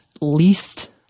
least